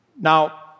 Now